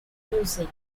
music